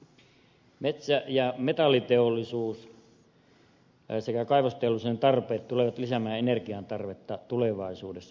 metsä ja metalliteollisuuden sekä kaivosteollisuuden tarpeet tulevat lisäämään energiantarvetta tulevaisuudessa merkittävästi